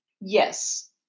Yes